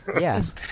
Yes